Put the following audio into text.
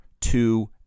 two